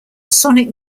sonic